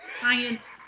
Science